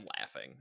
laughing